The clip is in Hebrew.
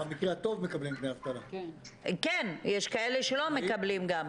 יש כאלה שלא מקבלים גם.